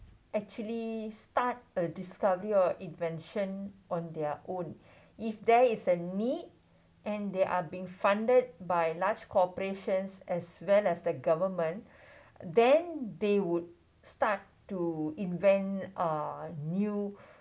actually start a discovery or invention on their own if there is a need and they are being funded by large corporations as well as the government then they would start to invent uh new